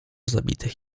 zabitych